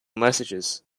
messages